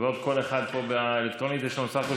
ועוד קול אחד באלקטרוני, יש לנו בסך הכול